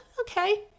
Okay